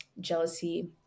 jealousy